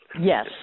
yes